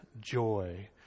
joy